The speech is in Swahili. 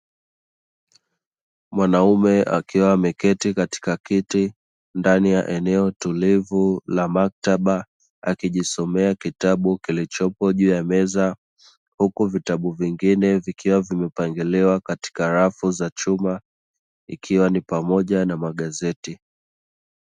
Mwanaume akiwa ameketi katika kiti ndani ya eneo tulivu la maktaba, akijisomea kitabu kilichopo juu ya meza. Huku vitabu vingine vikiwa vimepangiliwa katika rafu za chuma, ikiwa ni pamoja na magazeti.